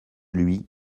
lui